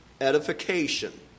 edification